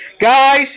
Guys